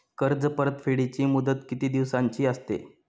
कर्ज परतफेडीची मुदत किती दिवसांची असते?